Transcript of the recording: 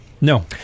No